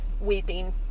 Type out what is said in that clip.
weeping